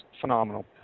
phenomenal